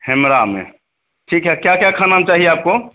हेमरा में ठीक है क्या क्या खाना में चाहिए आपको